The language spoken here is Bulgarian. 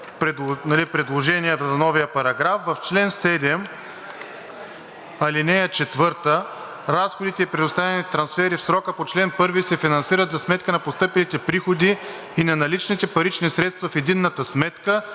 в чл. 7, ал. 4 „разходите и предоставените трансфери в срока по чл. 1 се финансират за сметка на постъпилите приходи и на наличните парични средства в единната сметка,